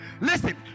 Listen